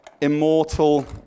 immortal